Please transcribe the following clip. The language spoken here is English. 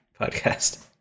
podcast